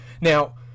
Now